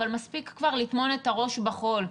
אבל מספיק כבר לטמון את הראש בחול.